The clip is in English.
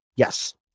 Yes